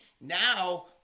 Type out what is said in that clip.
Now